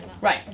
Right